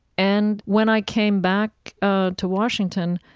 and when i came back ah to washington,